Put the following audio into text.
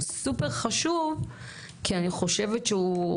הוא סופר חשוב כי אני חושבת שהוא,